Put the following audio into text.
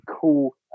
cool